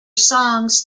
songs